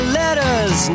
letters